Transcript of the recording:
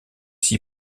six